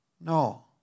No